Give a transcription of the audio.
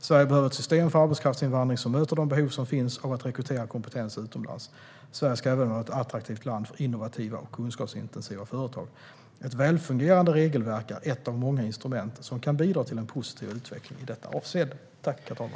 Sverige behöver ett system för arbetskraftsinvandring som möter de behov som finns av att rekrytera kompetens utomlands. Sverige ska även vara ett attraktivt land för innovativa och kunskapsintensiva företag. Ett välfungerande regelverk är ett av många instrument som kan bidra till en positiv utveckling i detta avseende.